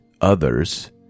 others